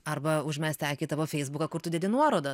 arba užmesti akį į tavo feisbuką kur tu dedi nuorodą